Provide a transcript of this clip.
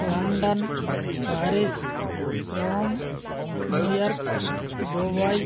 London Paris Rome New York Dubai